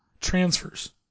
transfers